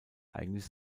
eigentlich